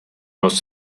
most